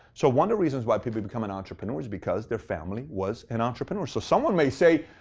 so one of the reasons why people become an entrepreneur is because their family was an entrepreneur. so someone may say,